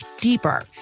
deeper